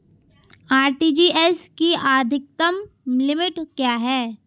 RTGS की अधिकतम limit क्या है?